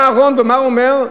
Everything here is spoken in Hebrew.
בא אהרן, ומה הוא אומר?